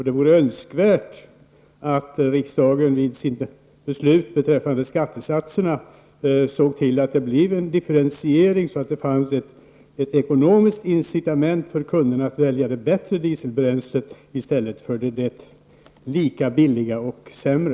Det vore önskvärt att riksdagen i sitt beslut beträffande skattesatserna såg till att det blev en differentiering, så att det fanns ett ekonomiskt incitament för kunderna att välja det bättre dieselbränslet i stället för det lika billiga och sämre.